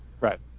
Right